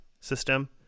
system